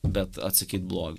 bet atsakyt blogiu